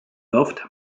werft